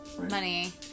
Money